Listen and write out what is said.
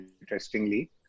interestingly